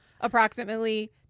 approximately